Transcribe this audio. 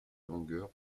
longueur